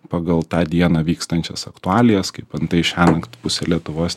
pagal tą dieną vykstančias aktualijas kaip antai šiąnakt pusė lietuvos